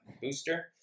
booster